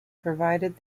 provided